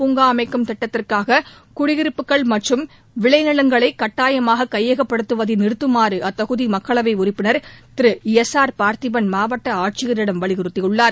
பூங்காஅமைக்கும் திட்டத்திற்காக அருகேஉணவுப் குடியிருப்புகள் சேலம் மற்றம் விளைநிலங்களைகட்டாயமாககையகப்படுத்துவதைநிறுத்துமாறுஅத்தொகுதிமக்களவைஉறுப்பினர் திரு எஸ் ஆர் பார்த்திபன் மாவட்டஆட்சியரிடம் வலியுறுத்தியுள்ளார்